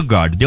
God